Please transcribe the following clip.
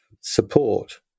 support